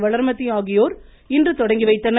வளர்மதி ஆகியோர் இன்று தொடங்கிவைத்தனர்